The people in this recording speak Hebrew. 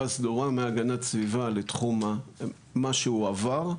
סדורה מהגנת סביבה לתחום מה שהוא הועבר.